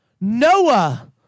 Noah